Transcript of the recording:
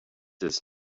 does